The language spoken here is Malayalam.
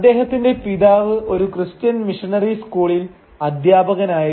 അദ്ദേഹത്തിന്റെ പിതാവ് ഒരു ക്രിസ്ത്യൻ മിഷനറി സ്കൂളിൽ അധ്യാപകനായിരുന്നു